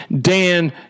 Dan